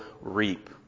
reap